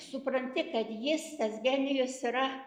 supranti kad jis tas genijus yra